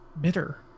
bitter